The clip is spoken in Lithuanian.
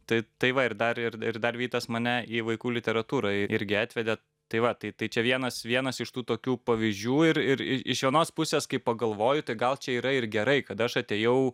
tai tai va ir dar ir ir dar vytas mane į vaikų literatūrą irgi atvedė tai va taip tai čia vienas vienas iš tų tokių pavyzdžių ir ir ir iš vienos pusės kai pagalvoju tai gal čia yra ir gerai kad aš atėjau